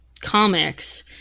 comics